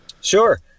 Sure